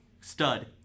stud